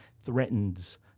threatens